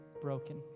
broken